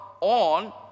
on